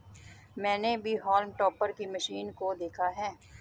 मैंने भी haulm topper की मशीन को देखा है